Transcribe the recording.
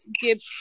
Gibbs